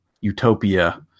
utopia